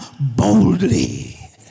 boldly